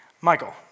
Michael